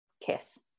Kiss